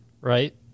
right